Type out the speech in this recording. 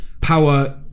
power